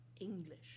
English